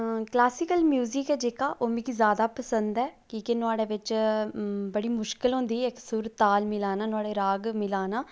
classical music ऐ जेह्का ओह् मिकी ज्यादा पसंद ऐ की कि नुआढ़े बिच बड़ी मुश्किल होंदी इक सुर ताल मिलाना नाले राग मिलाना